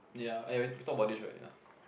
ya eh we talk about this right ya